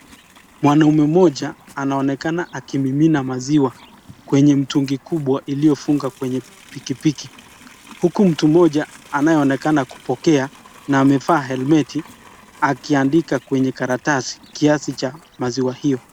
Mwanaume moja anaonekana akimimina maziwa kwenye mtungi kubwa iliyofungwa kwenye pikipiki, huku mtu moja anayeonekana kupokea na amevaa helmeti, akiandika kwenye karatasi kiasi cha maziwa hiyo.